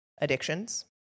Addictions